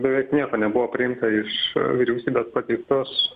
beveik nieko nebuvo priimta iš vyriausybės pateiktos